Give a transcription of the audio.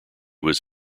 was